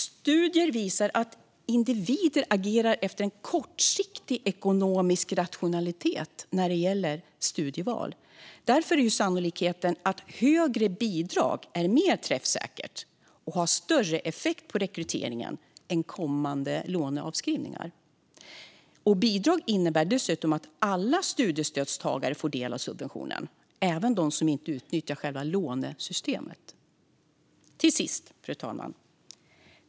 Studier visar att individer agerar utifrån kortsiktig ekonomisk rationalitet när det gäller studieval. Därför är det sannolikt att högre bidrag är mer träffsäkert och har större effekt på rekryteringen än kommande låneavskrivningar. Bidrag innebär dessutom att alla studiestödstagare får del av subventionen, även de som inte utnyttjar lånesystemet. Fru talman!